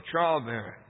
childbearing